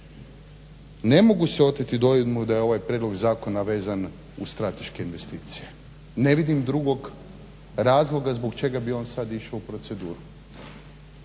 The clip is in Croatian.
Ne mogu se oteti dojmu da je ovaj prijedlog zakona vezan uz strateške investicije. Ne vidim drugog razloga zbog čega bi on sad išao u proceduru.